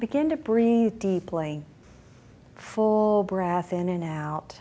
begin to breathe deeply full breath in and out